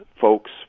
folks